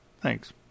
Thanks